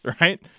right